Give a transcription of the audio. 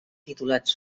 titulats